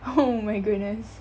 oh my goodness